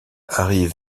arrive